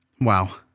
Wow